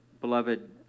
beloved